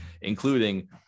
including